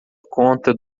conta